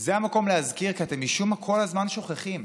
זה המקום להזכיר, כי אתם משום מה כל הזמן שוכחים: